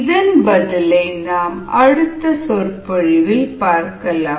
இதன் பதிலை அடுத்த சொற்பொழிவில் பார்க்கலாம்